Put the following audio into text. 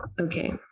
Okay